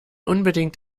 unbedingt